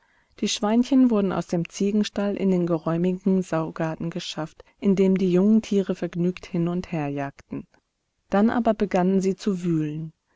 die schweinchen wurden aus dem ziegenstall in den geräumigen saugarten geschafft in dem die jungen tiere vergnügt hin und her jagten dann aber begannen sie zu wühlen